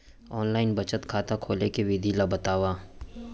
Online बचत खाता खोले के विधि ला बतावव?